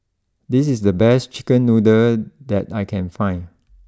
this is the best Chicken Noodle that I can find